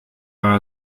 war